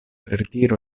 ritiro